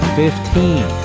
fifteen